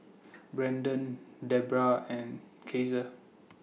Brandan Debra and Caesar